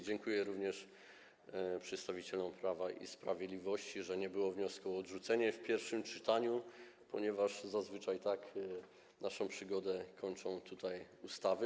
Dziękuję również przedstawicielom Prawa i Sprawiedliwości, że nie było wniosku o odrzucenie w pierwszym czytaniu, ponieważ zazwyczaj tak kończą tutaj przygodę ustawy.